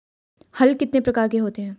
हल कितने प्रकार के होते हैं?